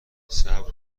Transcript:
صبر